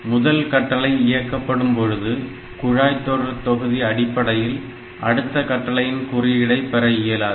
முதல் கட்டளை இயக்கப்படும் பொழுது குழாய் தொடர் தொகுதி அடிப்படையில் அடுத்த கட்டளையின் குறியீடை பெற இயலாது